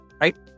right